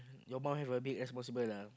your mum have a big responsible lah